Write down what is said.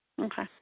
Okay